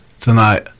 tonight